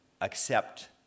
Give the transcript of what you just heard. accept